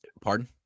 Pardon